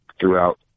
throughout